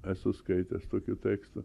esu skaitęs tokį tekstą